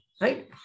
right